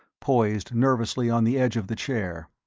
poised nervously on the edge of the chair.